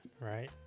right